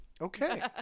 Okay